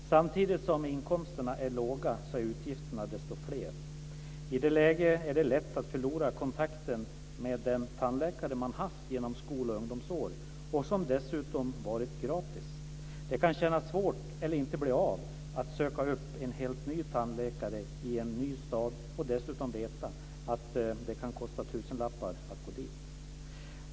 Samtidigt som inkomsterna är låga är utgifterna desto fler. I det läget är det lätt att förlora kontakten med den tandläkare man haft genom skol och ungdomsår, som dessutom varit gratis. Det kan kännas svårt att söka upp en helt ny tandläkare i en ny stad när man vet att det kan kosta tusenlappar att gå dit, och så blir det inte av.